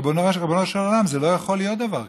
ריבונו של עולם, לא יכול להיות דבר כזה.